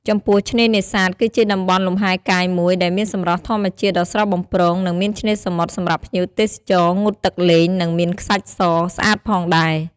ចំពោះឆ្នេរនេសាទ គឺជាតំបន់លំហែកាយមួយដែលមានសម្រស់ធម្មជាតិដ៏ស្រស់បំព្រង និងមានឆ្នេរសមុទ្រសម្រាប់ភ្ញៀវទេសចរងូតទឹកលេង និងមានខ្សាច់សស្អាតផងដែរ។